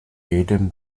jedem